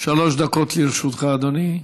שלוש דקות לרשותך, אדוני.